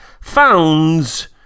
founds